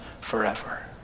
forever